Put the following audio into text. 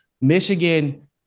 Michigan